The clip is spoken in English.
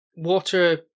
Water